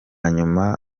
nyuma